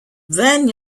then